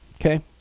okay